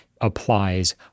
applies